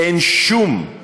ואין שום,